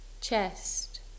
chest